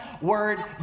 word